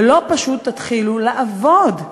ולא פשוט תתחילו לעבוד,